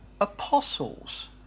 apostles